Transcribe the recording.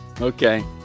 okay